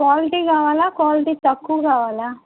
quality కావాలా quality తక్కువ కావాలా